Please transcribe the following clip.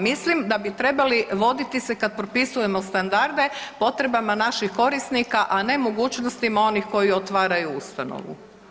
Mislim da bi trebali voditi se kada propisujemo standarde potrebama naših korisnika, a ne mogućnostima onih koji otvaraju ustanovu.